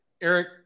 Eric